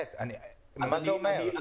מה זה אומר?